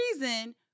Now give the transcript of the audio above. reason